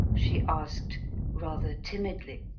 she asked rather timidly.